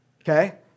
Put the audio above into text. okay